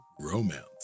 romance